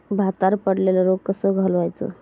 भातावर पडलेलो रोग कसो घालवायचो?